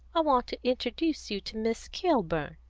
i want to introduce you to miss kilburn.